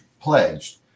pledged